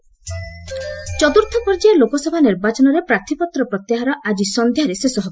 ପୋଲ fourth phase ଚତୁର୍ଥ ପର୍ଯ୍ୟାୟ ଲୋକସଭା ନିର୍ବାଚନରେ ପ୍ରାର୍ଥୀପତ୍ର ପ୍ରତ୍ୟାହାର ଆଜି ସଂଧ୍ୟାରେ ଶେଷ ହେବ